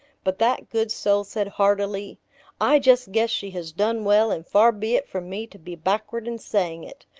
but that good soul said heartily i just guess she has done well, and far be it from me to be backward in saying it.